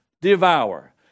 devour